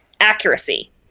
accuracy